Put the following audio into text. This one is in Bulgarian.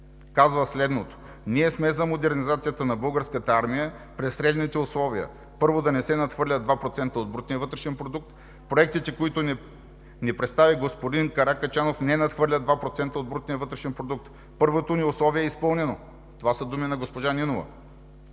казва следното: „ние сме за модернизацията на българската армия при следните условия: първо, да не се надхвърля 2% от брутния вътрешен продукт. Проектите, които ни представи господин Каракачанов, не надхвърлят 2% от брутния вътрешен продукт – първото ни условие е изпълнено.“ Това са думи на госпожа Нинова.